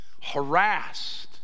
harassed